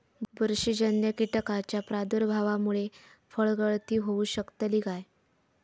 बुरशीजन्य कीटकाच्या प्रादुर्भावामूळे फळगळती होऊ शकतली काय?